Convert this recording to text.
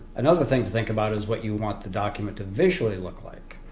another thing to think about is what you want the document to visually look like.